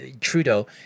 Trudeau